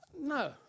No